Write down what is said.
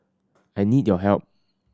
I need your help